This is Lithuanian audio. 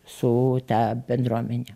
su ta bendruomene